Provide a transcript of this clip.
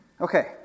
Okay